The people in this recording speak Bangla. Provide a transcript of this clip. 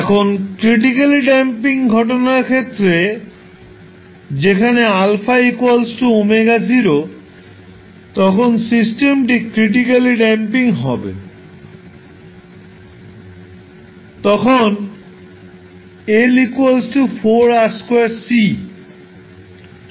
এখন ক্রিটিকালি ড্যাম্পিং ঘটনার ক্ষেত্রে যেখানে α ω0 তখন সিস্টেমটি ক্রিটিকালি ড্যাম্পিং হবে তখন L 4R2C